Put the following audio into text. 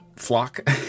flock